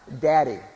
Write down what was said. Daddy